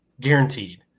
guaranteed